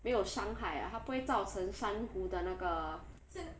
没有伤害 ah 它不会造成山谷的那个